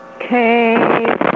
Okay